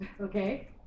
okay